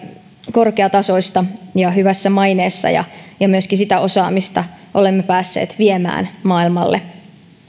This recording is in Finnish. korkeatasoista ja hyvässä maineessa ja ja myöskin sitä osaamista olemme päässeet viemään maailmalle